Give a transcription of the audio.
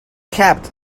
capped